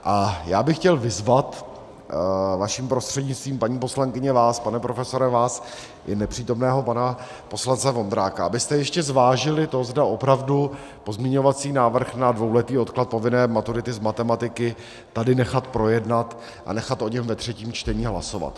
A já bych chtěl vyzvat vaším prostřednictvím, paní poslankyně, vás, pane profesore vás i nepřítomného pana poslance Vondráka, abyste ještě zvážili to, zda opravdu pozměňovací návrh na dvouletý odklad povinné maturity z matematiky tady nechat projednat a nechat o něm ve třetím čtení hlasovat.